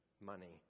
money